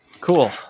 Cool